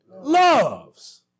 loves